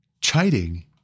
chiding